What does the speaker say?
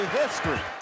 history